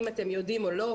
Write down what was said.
אם אתם יודעים או לא,